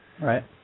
Right